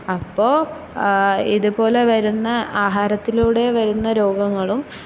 അപ്പോള് ഇതുപോലെ വരുന്ന ആഹാരത്തിലൂടെ വരുന്ന രോഗങ്ങളും